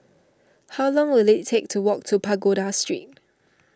how long will it take to walk to Pagoda Street